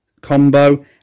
combo